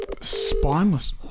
spineless